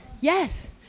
Yes